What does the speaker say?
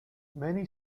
many